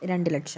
രണ്ട് ലക്ഷം